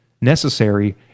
necessary